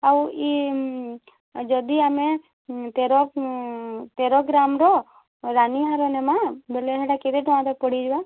ଆଉ ଆଉ ଯଦି ଆମେ ହୁଁ ତେର ତେର ଗ୍ରାମ୍ର ଓ ରାନି ହାର ନେମା ବେଲେ ସେଟା କେତେ ଟଙ୍କା ତକ୍ ପଡ଼ିଯିବା